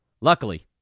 Luckily